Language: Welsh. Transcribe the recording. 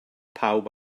pawb